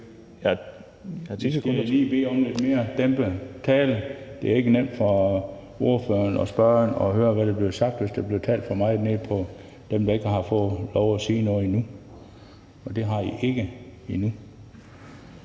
Jeg skal lige bede om lidt mere dæmpet tale. Det er ikke nemt for ordføreren og spørgeren at høre, hvad der bliver sagt, hvis der bliver talt for meget af dem, der ikke har fået lov at sige noget endnu. Og det har I ikke endnu.